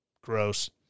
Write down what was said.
Gross